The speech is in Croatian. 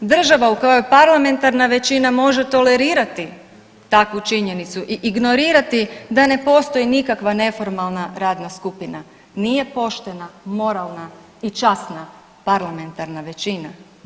Država u kojoj parlamentarna većina može tolerirati takvu činjenicu i ignorirati da ne postoji nikakva neformalna radna skupina, nije poštena, moralna i časna parlamentarna većina.